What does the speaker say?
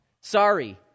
Sorry